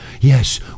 Yes